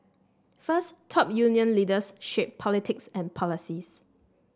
first top union leaders shape politics and policies